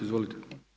Izvolite.